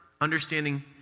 understanding